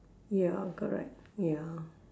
ya correct ya